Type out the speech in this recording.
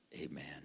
Amen